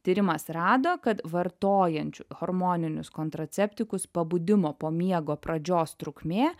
tyrimas rado kad vartojančių hormoninius kontraceptikus pabudimo po miego pradžios trukmė